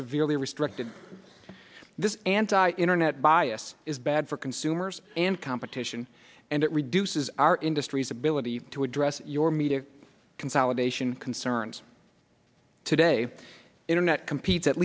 severely restricted this anti internet bias is bad for consumers and competition and it reduces our industry's ability to address your media consolidation concerns today internet competes at